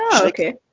okay